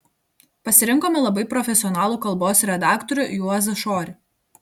pasirinkome labai profesionalų kalbos redaktorių juozą šorį